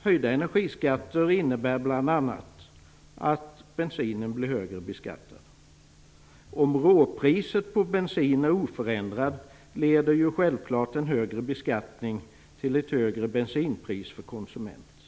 Höjda energiskatter innebär bl.a. att bensinen blir högre beskattad. Om råpriset på bensin är förändrat leder självfallet en högre beskattning till ett högre bensinpris för konsumenten.